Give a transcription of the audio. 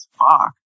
Fuck